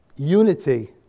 unity